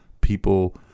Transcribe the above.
people